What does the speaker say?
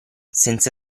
senza